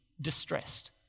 distressed